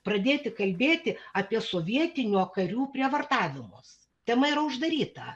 pradėti kalbėti apie sovietinių karių prievartavimus tema yra uždaryta